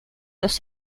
los